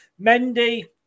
Mendy